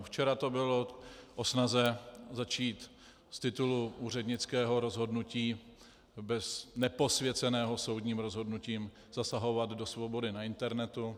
Včera to bylo o snaze začít z titulu úřednického rozhodnutí neposvěceného soudním rozhodnutím zasahovat do svobody na internetu.